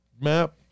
map